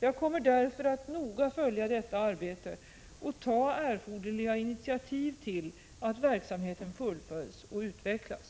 Jag kommer därför att noga följa detta arbete och att ta erforderliga initiativ till att verksamheten fullföljs och utvecklas.